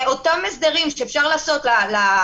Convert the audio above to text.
שהממשלה תוכל לעשות את אותם הסדרים שאפשר לעשות לאוכלוסייה